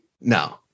no